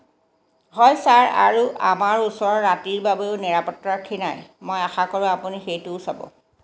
হয় ছাৰ আৰু আমাৰ ওচৰত ৰাতিৰ বাবেও নিৰাপত্তাৰক্ষী নাই মই আশা কৰোঁ আপুনি সেইটোও চাব